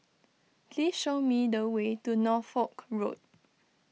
please show me the way to Norfolk Road